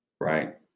Right